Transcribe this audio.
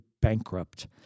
bankrupt